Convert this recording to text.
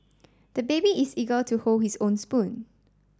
the baby is eager to hold his own spoon